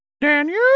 Daniel